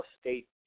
State